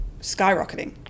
skyrocketing